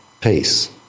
peace